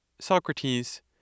Socrates